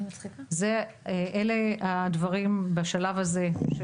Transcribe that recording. אלה הדברים בשלב הזה.